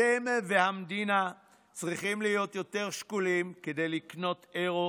אתם והמדינה צריכים להיות יותר שקולים כדי לקנות אירו